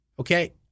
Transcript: Okay